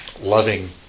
loving